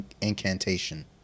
Incantation